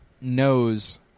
knows –